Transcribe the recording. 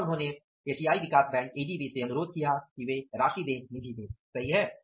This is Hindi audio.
अतः उन्होंने एडीबी एशियाई विकास बैंक से अनुरोध किया कि वह निधि दे सही है